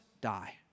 die